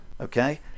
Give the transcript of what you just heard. okay